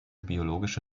biologische